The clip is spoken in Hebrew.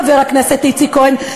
חבר הכנסת איציק כהן,